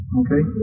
okay